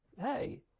hey